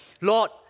Lord